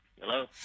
Hello